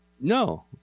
No